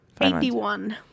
81